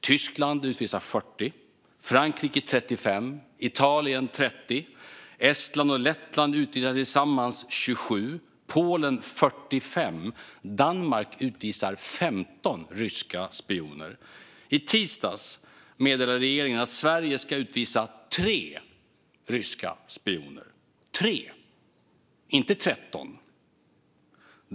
Tyskland utvisar 40, Frankrike 35 och Italien 30. Estland och Lettland utvisar tillsammans 27. Polen utvisar 45, och Danmark utvisar 15 ryska spioner. I tisdags meddelande regeringen att Sverige ska utvisa tre ryska spioner - tre! Inte tretton.